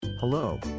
Hello